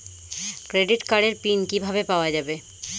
Credit কার্ডের PIN কিভাবে পাওয়া যাবে?